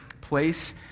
place